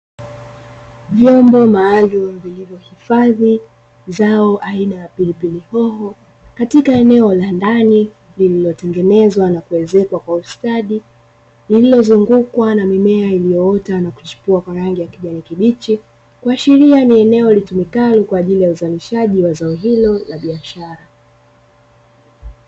Vyomba maalumu vilivyohifadhi zao aina ya pilipili hoho katika eneo la ndani lililotengenezwa na kuezekwa kwa ustadi, lililozungukwa na mimea iliyoota na kuchipua kwa rangi ya kijani kibichi; kuashiria ni eneo litumikalo kwa ajili ya uzalishaji wa zao hilo la biashara.